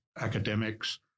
academics